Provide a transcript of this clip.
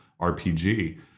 RPG